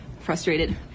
frustrated